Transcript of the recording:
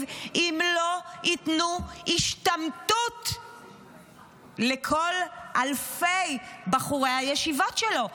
אם לא ייתנו השתמטות לכל אלפי בחורי הישיבות שלו.